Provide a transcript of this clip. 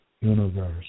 universe